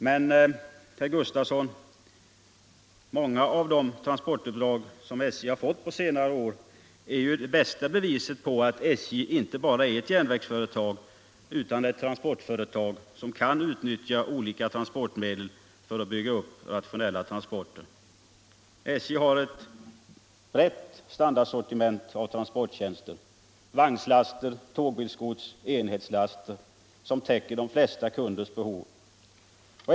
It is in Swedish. Men, herr Gustafson, många av de transportuppdrag som SJ har fått på senare år är det bästa beviset på att SJ inte bara är ett järnvägsföretag utan ett transportföretag som kan utnyttja olika transportmedel för att bygga upp rationella transporter. SJ har ett brett standardsortiment av transporttjänster — vagnslaster, tågbilgods, enhetslast — som täcker de flesta kunders behov.